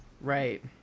Right